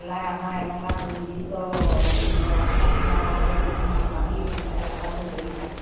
পেলাই আমাৰ এনেকুৱা নিৰ্দিষ্ট ৰাস্তা কিনাৰৰ এতিয়া কিছুমান মাটিত এলেকাবোৰ পৰি থাকে